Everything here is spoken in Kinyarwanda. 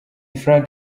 frank